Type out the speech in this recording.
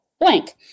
blank